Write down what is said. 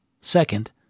Second